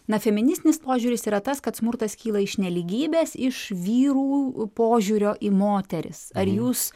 na feministinis požiūris yra tas kad smurtas kyla iš nelygybės iš vyrų požiūrio į moteris ar jūs